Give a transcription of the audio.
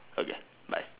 okay bye